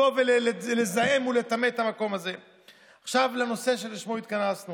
מחלל קדושת ספר תורה ורומס את כבודן של המתפללות בעזרת הנשים,